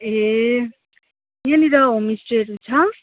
ए यहाँनिर होमस्टेहरू छ